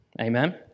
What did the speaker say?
Amen